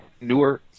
Newer